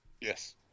Yes